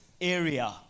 area